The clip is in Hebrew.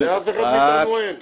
לאף אחד מאיתנו אין.